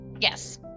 Yes